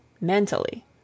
Mentally